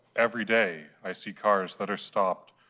every day, i see cars that are stopped,